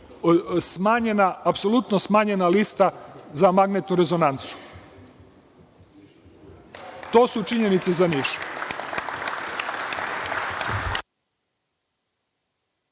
i smanjena je lista za magnetnu rezonancu. To su činjenice za Niš.